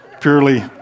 purely